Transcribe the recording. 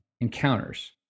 encounters